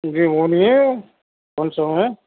جی بولیے کون صاحب ہیں